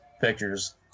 pictures